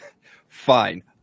Fine